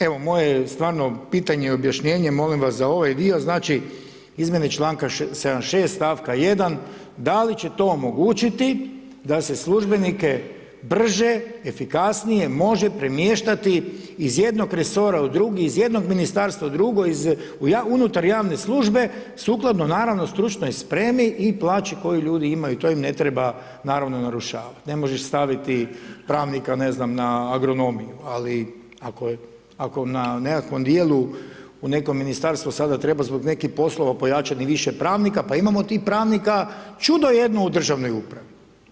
Evo moje je stvarno pitanje i objašnjenje, molim vas za ovaj dio, znači izmjene članka 76. stavka 1. da li će to omogućiti da se službenike brže, efikasnije može premještati iz jednog resora u drugi, iz jednog ministarstva u drugo, unutar javne službe, sukladno naravno stručnoj spremi i plaći koju ljudi imaju, to im ne treba naravno, narušavati, ne možeš staviti pravnika ne znam, na agronomiju ali ako na nekakvom djelu u neko ministarstvo treba sada treba zbog nekih poslova pojačati i više pravnika, pa imamo tih pravnika čudno jedno u državnoj upravi.